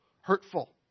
Hurtful